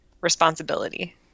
responsibility